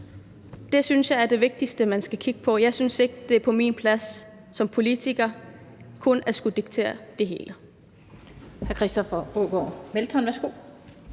Det synes jeg er det vigtigste, man skal kigge på. Jeg synes ikke, det er min rolle som politiker at skulle diktere det hele.